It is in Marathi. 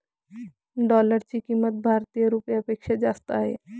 डॉलरची किंमत भारतीय रुपयापेक्षा जास्त आहे